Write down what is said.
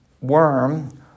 worm